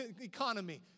economy